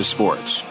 Sports